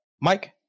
Mike